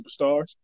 superstars